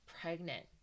pregnant